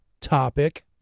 topic